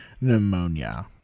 pneumonia